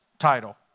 title